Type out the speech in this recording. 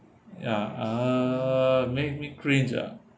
ya uh make me cringe ah